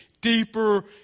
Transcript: deeper